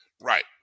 Right